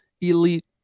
elite